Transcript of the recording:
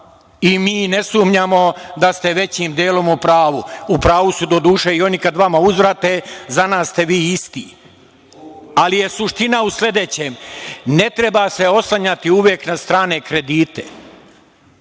Mi ne sumnjamo da ste većim delom u pravu, u pravu su doduše i oni kad vama uzvrate, za nas ste vi isti. Ali, suština je u sledećem, ne treba se oslanjati uvek na strane kredite.